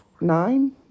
nine